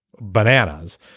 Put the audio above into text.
bananas